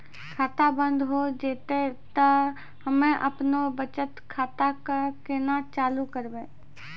खाता बंद हो जैतै तऽ हम्मे आपनौ बचत खाता कऽ केना चालू करवै?